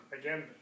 again